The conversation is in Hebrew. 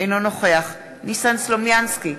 אינו נוכח ניסן סלומינסקי,